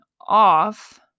off